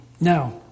Now